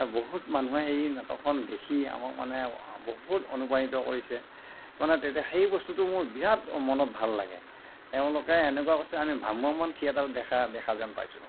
বহুত মানুহে এই নাটকখন দেখি আমাক মানে বহুত অনুপ্ৰাণিত কৰিছে মানে তেতিয়া সেই বস্তুটো মোৰ বিৰাট মনত ভাল লাগে তেওঁলোকে এনেকুৱা কৈছে আমি ভ্ৰাম্যমাণ থিয়েটাৰ দেখা দেখা যেন পাইছোঁ